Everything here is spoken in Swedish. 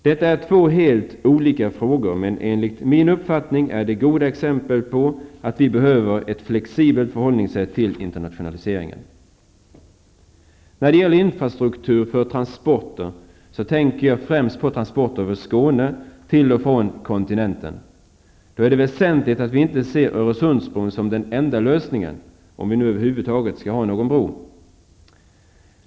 Detta är två helt olika frågor, men enligt min uppfattning är de goda exempel på att vi behöver ett flexibelt förhållningsätt till internationaliseringen. När det gäller infrastruktur för transporter till och från kontinenten, jag tänker då främst på transporter över Skåne, är det väsentligt att vi inte ser Öresundsbron som den enda lösningen -- om vi nu över huvud taget skall ha någon bro.